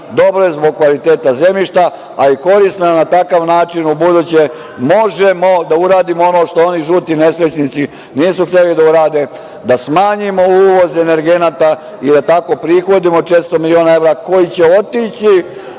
dobro je zbog kvaliteta zemljišta a i korisno je na takav način ubuduće možemo da uradimo ono što oni žuti nesrećnici nisu hteli da urade, da smanjimo uvoz energenata i da tako prihodimo 400 miliona evra koji će otići